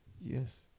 Yes